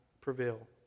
prevail